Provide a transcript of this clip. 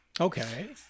Okay